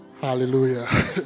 Hallelujah